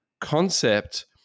concept